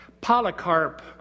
Polycarp